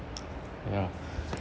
ya